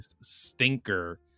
stinker